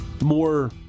more